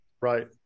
Right